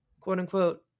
quote-unquote